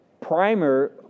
primer